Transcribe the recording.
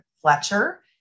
Fletcher